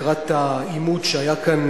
לקראת העימות שהיה כאן